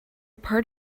part